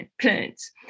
plants